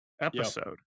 episode